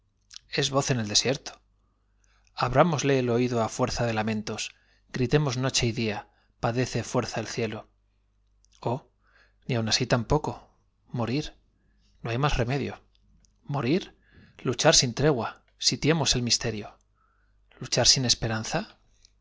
es voz en el desierto abrámosle el oído á fuerza de lamentos gritemos noche y día padece fuerza el cielo oh ni aun así tampoco morir no hay más remedio morir luchar sin tregua sitiemos al misterio luchar sin esperanza